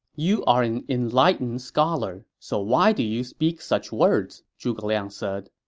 you are an enlightened scholar, so why do you speak such words? zhuge liang said.